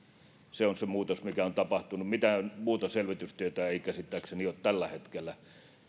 se on se muutos mikä on tapahtunut mitään muuta selvitystyötä ei käsittääkseni ole tällä hetkellä